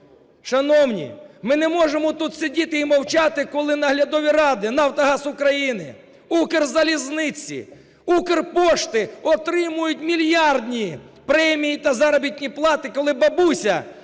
Шановні, ми не можемо тут сидіти і мовчати, коли наглядові ради "Нафтогаз України", "Укрзалізниці", "Укрпошти" отримують мільярдні премії та заробітні плати, коли бабуся